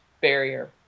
barrier